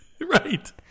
Right